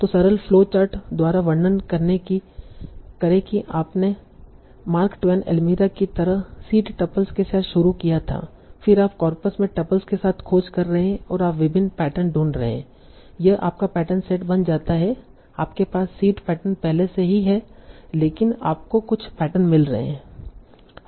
तो सरल flow chart द्वारा वर्णन करें कि आपने मार्क ट्वेन एल्मिरा की तरह सीड टपल्स के साथ शुरू किया था फिर आप कॉर्पस में टपल्स के साथ खोज कर रहे हैं और आप विभिन्न पैटर्न ढूंढ रहे हैं और यह आपका पैटर्न सेट बन जाता है आपके पास सीड पैटर्न पहले से ही हैं लेकिन आपको कुछ पैटर्न मिल रहे हैं